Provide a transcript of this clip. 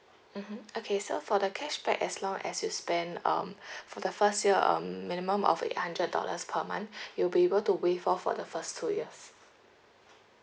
mmhmm okay so for the cashback as long as you spend um for the first year um minimum of eight hundred dollars per month you'll be able to waive off for the first two years